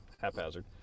haphazard